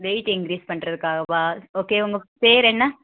wait increase பண்ணுறதுக்காகவா okay உங்கள் பேர் என்ன